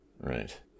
right